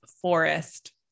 forest